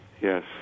Yes